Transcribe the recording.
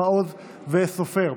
פטין מולא ומאי גולן.